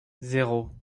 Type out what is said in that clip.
zéro